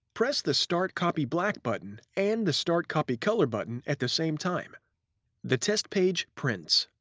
press the start copy black button and the start copy color button at the same time the test page prints.